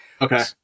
Okay